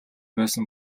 байсан